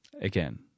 Again